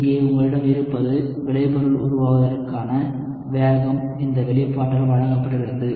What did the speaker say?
இங்கே உங்களிடம் இருப்பது விளைபொருள் உருவாவதற்கான வேகம் இந்த வெளிப்பாட்டால் வழங்கப்படுகிறது